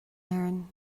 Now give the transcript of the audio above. éirinn